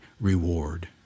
reward